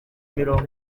mirongo